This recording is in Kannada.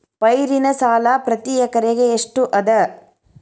ಪೈರಿನ ಸಾಲಾ ಪ್ರತಿ ಎಕರೆಗೆ ಎಷ್ಟ ಅದ?